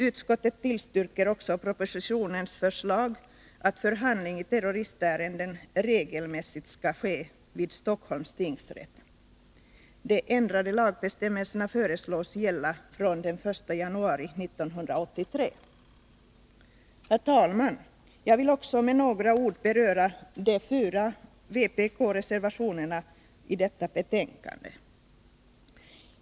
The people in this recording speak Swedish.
Utskottet tillstyrker också propositionens förslag att förhandling i terroristärenden regelmässigt skall ske vid Stockholms tingsrätt. Herr talman! Jag vill också med några ord beröra de fyra vpkreservationerna i detta betänkande.